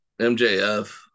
MJF